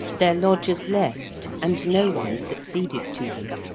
their lodgers left, and no one succeeded to them.